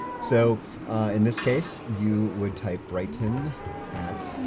so in this case, you would type brighton at